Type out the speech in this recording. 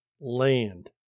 land